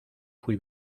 fuí